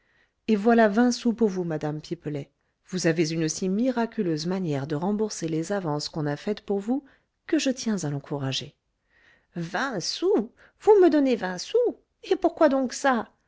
et voilà vingt sous pour vous madame pipelet vous avez une si miraculeuse manière de rembourser les avances qu'on a faites pour vous que je tiens à l'encourager vingt sous vous me donnez vingt sous et pourquoi donc ça